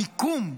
המיקום,